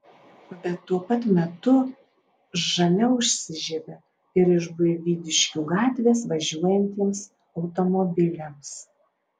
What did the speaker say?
bet tuo pat metu žalia užsižiebia ir iš buivydiškių gatvės važiuojantiems automobiliams